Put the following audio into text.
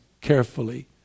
carefully